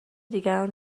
دیگران